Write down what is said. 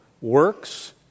works